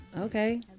Okay